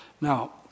Now